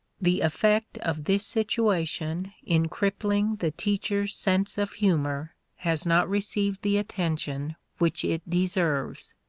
the effect of this situation in crippling the teacher's sense of humor has not received the attention which it deserves.